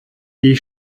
die